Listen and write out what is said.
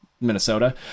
minnesota